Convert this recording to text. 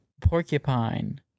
porcupine